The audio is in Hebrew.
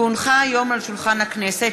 כי הונחו היום על שולחן הכנסת,